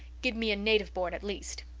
give me a native born at least.